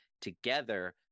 together